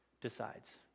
decides